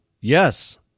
Yes